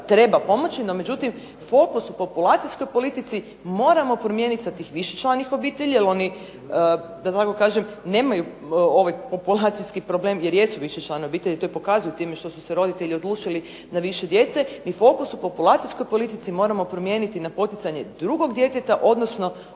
treba pomoći. No međutim, fokus u populacijskoj politici moramo promijeniti sa tih višečlanih obitelji jer oni da tako kažem nemaju ovaj populacijski problem jer jesu više članovi obitelji, a to pokazuju time što su se roditelji odlučili na više djece mi fokus u populacijskoj politici moramo promijeniti na poticanje drugog djeteta, odnosno